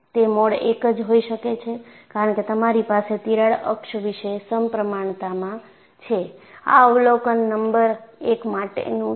તે મોડ 1 જ હોઈ શકે છે કારણ કે તમારી પાસે તિરાડ અક્ષ વિશે સમપ્રમાણતામાં છે આ અવલોકન નંબર એક માટેનું છે